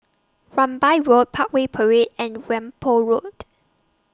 Rambai Road Parkway Parade and Whampoa Road